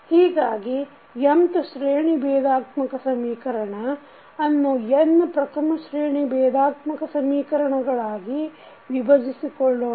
ಹೀಗಾಗಿ nth ಶ್ರೇಣಿ ಬೇಧಾತ್ಮಕ ಸಮೀಕರಣ ಅನ್ನು n ಪ್ರಥಮಶ್ರೇಣಿ ಬೇಧಾತ್ಮಕ ಸಮೀಕರಣಗಳಾಗಿ ವಿಭಜಿಸಿಕೊಳ್ಳೋಣ